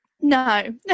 No